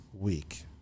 week